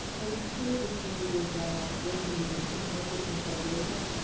when you shared the story about working with your team member in siberia,